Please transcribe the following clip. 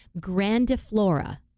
Grandiflora